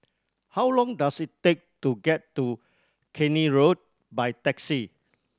how long does it take to get to Keene Road by taxi